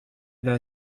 الى